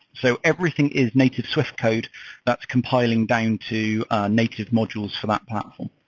so everything is native swift code that's compiling down to native modules for that platform.